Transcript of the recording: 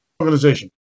organization